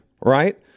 right